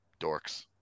Dorks